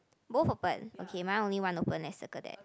both open okay mine only one open leh circle that